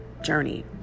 journey